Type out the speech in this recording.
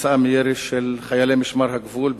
כתוצאה מירי של חיילי משמר הגבול,